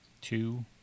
two